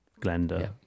Glenda